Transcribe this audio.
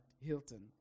Hilton